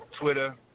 Twitter